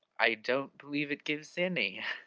i don't believe it gives any.